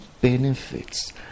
benefits